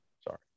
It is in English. sorry